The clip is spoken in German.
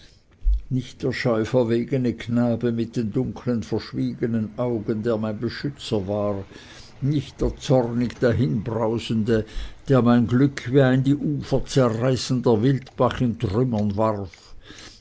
nicht der scheu verwegene knabe mit den dunkeln verschwiegenen augen der mein beschützer war nicht der zornig dahinbrausende der mein glück wie ein die ufer zerreißender wildbach in trümmer warf